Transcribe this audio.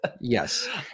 Yes